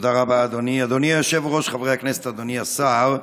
אדוני השר,